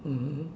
mmhmm